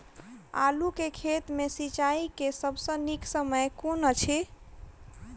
आलु केँ खेत मे सिंचाई केँ सबसँ नीक समय कुन अछि?